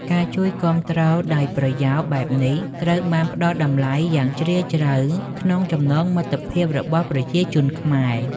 ការជួយគាំទ្រដោយប្រយោលបែបនេះ ត្រូវបានផ្ដល់តម្លៃយ៉ាងជ្រាលជ្រៅក្នុងចំណងមិត្តភាពរបស់ប្រជាជនខ្មែរ។